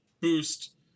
boost